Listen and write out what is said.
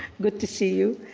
good to see you.